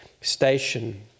station